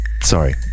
Sorry